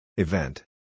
Event